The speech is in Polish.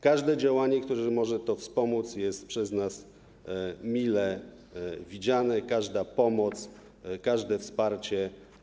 Każde działanie, które może to wspomóc, jest przez nas mile widziane, każda pomoc, każde wsparcie.